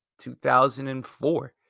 2004